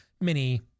mini